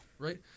Right